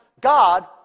God